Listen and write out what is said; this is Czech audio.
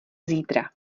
zítra